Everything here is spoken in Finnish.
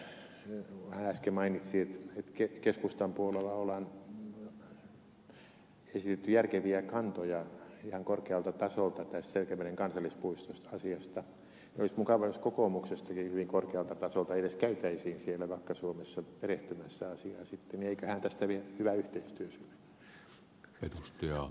hemmilälle kun hän äsken mainitsi että keskustan puolella on esitetty järkeviä kantoja ihan korkealta tasolta tästä selkämeren kansallispuistoasiasta että olisi mukava jos kokoomuksestakin sitten hyvin korkealta tasolta edes käytäisiin siellä vakka suomessa perehtymässä asiaan niin eiköhän tästä vielä hyvä yhteistyö synny